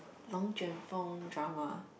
龙卷风 drama